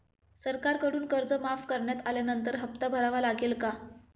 सरकारकडून कर्ज माफ करण्यात आल्यानंतर हप्ता भरावा लागेल का?